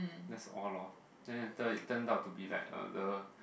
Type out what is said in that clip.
that's all lor then later he turned out to be like a the